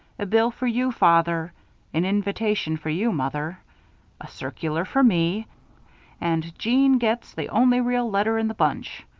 a bill for you, father an invitation for you, mother a circular for me and jeanne gets the only real letter in the bunch.